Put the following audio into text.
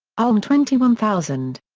ulm twenty one thousand.